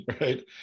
right